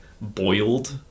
boiled